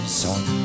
sun